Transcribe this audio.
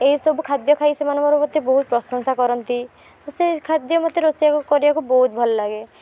ଏସବୁ ଖାଦ୍ୟ ଖାଇ ସାରି ସେମାନେ ମୋର ମୋତେ ବହୁତ ପ୍ରଶଂସା କରନ୍ତି ତ ସେଇ ଖାଦ୍ୟ ମୋତେ ରୋଷେଇ କରିବାକୁ ବହୁତ ଭଲ ଲାଗେ